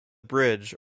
bridge